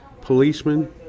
policemen